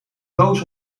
doos